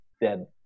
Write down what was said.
dead